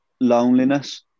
loneliness